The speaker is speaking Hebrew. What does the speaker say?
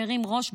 מרים ראש,